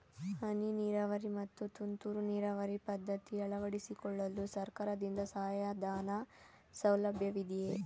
ಹನಿ ನೀರಾವರಿ ಮತ್ತು ತುಂತುರು ನೀರಾವರಿ ಪದ್ಧತಿ ಅಳವಡಿಸಿಕೊಳ್ಳಲು ಸರ್ಕಾರದಿಂದ ಸಹಾಯಧನದ ಸೌಲಭ್ಯವಿದೆಯೇ?